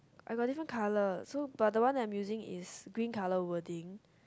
I got different colour so but the one that I'm using is green colour wording